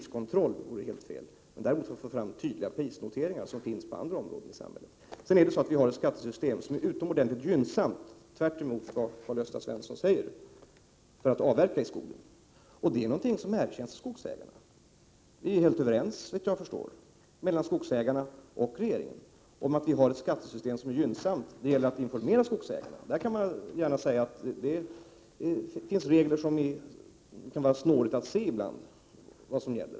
1987/88:116 fel, utan med åtgärder för att få fram tydliga prisnoteringar, vilket finns på 6 maj 1988 Vi har ett skattesystem som är utomordentligt gynnsamt, tvärtemot vad = Karl-Gösta Svenson säger, när det gäller avverkningar i skogen. Detta FORGE mA Ur CHE, I a hörselhandikapp erkänner skogsägarna. Skogsägarna och regeringen är helt överens, såvitt jag förstår, om att vårt skattesystem är gynnsamt. Det gäller bara att informera skogsägarna. Jag medger gärna att en del regler är så snåriga att det kan vara svårt att se vad som gäller.